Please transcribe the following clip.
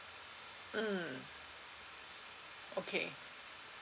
mm okay